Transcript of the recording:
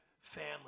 family